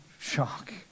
shock